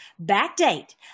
Backdate